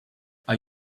are